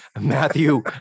Matthew